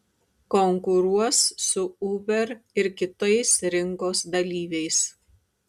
konkuruos su uber ir kitais rinkos dalyviais